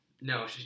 No